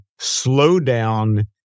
slowdown